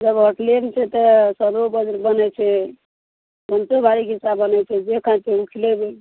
जब होटलेमे छै तऽ सादो भोजन बनै छै भनसा बारीके हिस्सा बनै छै जे खाए ओ खिलेबै